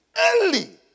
early